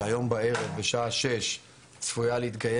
שהיום בערב בשעה 18:00 צפויה להתקיים